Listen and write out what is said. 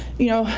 you know,